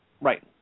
Right